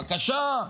בבקשה.